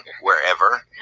wherever